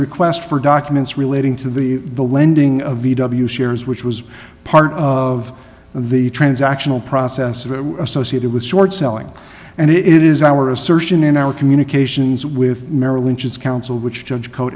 request for documents relating to the the lending of v w shares which was part of the transactional process associated with short selling and it is our assertion in our communications with merrill lynch's counsel which judge co